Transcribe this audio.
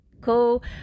Cool